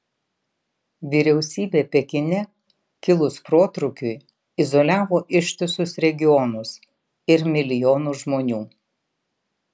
vyriausybė pekine kilus protrūkiui izoliavo ištisus regionus ir milijonus žmonių